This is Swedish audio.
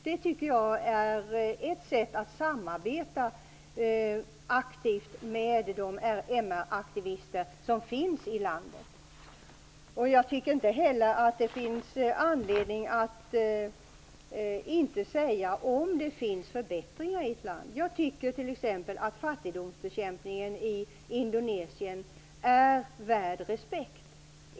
Det tycker jag är ett sätt att samarbeta aktivt med de MR-aktivister som finns i landet. Jag tycker inte heller att det finns anledning att inte säga något om det har skett förbättringar i ett land. Jag tycker t.ex. att fattigdomsbekämpningen i Indonesien är värd respekt.